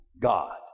God